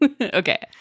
Okay